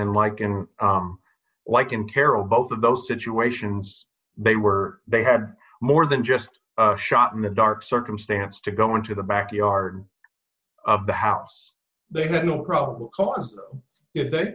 and like in like in terrell both of those situations they were they had more than just shot in the dark circumstance to go into the backyard of the house they